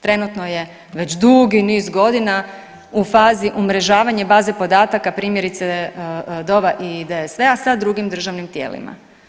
Trenutno je već duuugi niz godina u fazi umrežavanje baze podataka primjerice DOV-a i DSV-a sa drugim državnim tijelima.